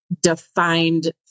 defined